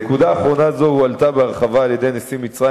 נקודה אחרונה זו הועלתה בהרחבה על-ידי נשיא מצרים